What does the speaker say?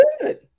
good